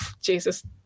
Jesus